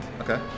okay